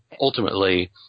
ultimately